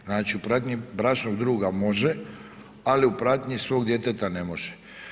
Znači, u pratnji bračnog druga može, ali u pratnji svog djeteta ne može.